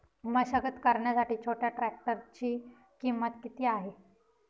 मशागत करण्यासाठी छोट्या ट्रॅक्टरची किंमत किती आहे?